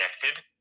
connected